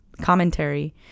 commentary